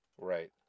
Right